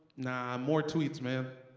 nah, more tweets, man.